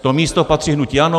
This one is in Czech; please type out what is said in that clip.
To místo patří hnutí ANO.